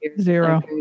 zero